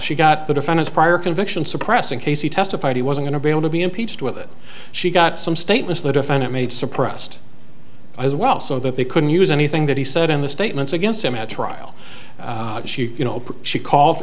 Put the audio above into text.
she got the defendant's prior conviction suppressing case he testified he was going to be able to be impeached with it she got some statements the defendant made suppressed as well so that they couldn't use anything that he said in the statements against them at trial she you know she called